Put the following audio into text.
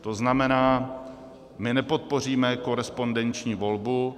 To znamená, my nepodpoříme korespondenční volbu.